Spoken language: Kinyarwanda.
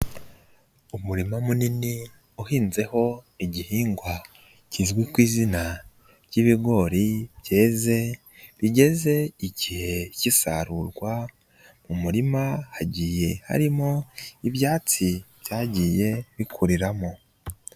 Umurima munini uhinzeho igihingwa kizwi ku izina ry'ibigori byeze bigeze igihe cy'isarurwa mu muririma hagiye harimo ibyatsi byagiye bikuriramo.